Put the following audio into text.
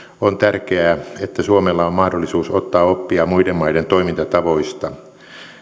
on tärkeää että suomella on mahdollisuus ottaa oppia muiden maiden toimintatavoista